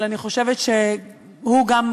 אבל אני חושבת שגם הוא,